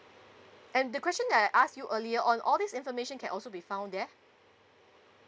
and the question that I asked you earlier on all these information can also be found there